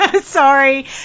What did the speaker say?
Sorry